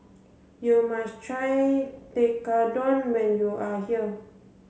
you must try Tekkadon when you are here